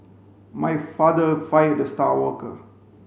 my father fired the star worker